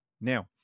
Now